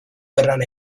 gerran